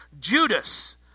Judas